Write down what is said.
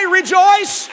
rejoice